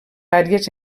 àrees